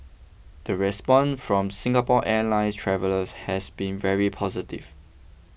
the response from Singapore Airlines travellers has been very positive